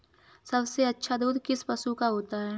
सबसे अच्छा दूध किस पशु का होता है?